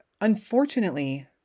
Unfortunately